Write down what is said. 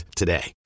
today